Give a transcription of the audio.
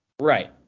Right